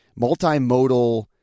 multimodal